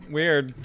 Weird